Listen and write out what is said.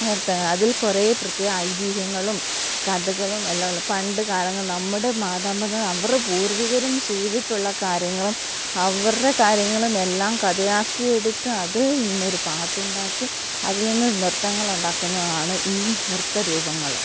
നൃത്തങ്ങൾ അതിൽ കുറേ പ്രത്യേക ഐതീഹ്യങ്ങളും കഥകളും എല്ലാം ഉള്ള പണ്ട് കാലങ്ങൾ നമ്മുടെ മാതാ പിതാ അവരുടെ പൂർവ്വികരും ചെയ്യ്തിട്ടുള്ള കാര്യങ്ങളും അവരുടെ കാര്യങ്ങളും എല്ലാം കഥയാക്കി എടുത്ത് അതിൽ നിന്നൊരു പാട്ടുണ്ടാക്കി അതിൽ നിന്ന് നൃത്തങ്ങളുണ്ടാക്കുന്നതാണ് ഈ നൃത്തരൂപങ്ങൾ